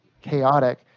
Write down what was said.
chaotic